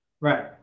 Right